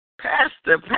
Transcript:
Pastor